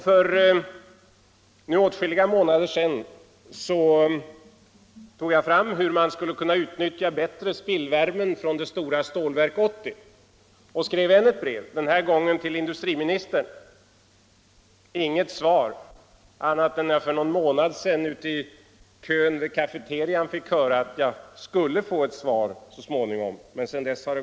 För åtskilliga månader sedan skrev jag ett brev, denna gång till industriministern, om hur man skulle kunna utnyttja spillvärmen från det stora Stålverk 80. Jag har inte fått annat svar än då jag för någon månad sedan i kön vid cafeterian fick höra att jag skulle få svar så småningom.